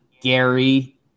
Gary